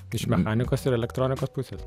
iš mechanikos ir elektronikos pusės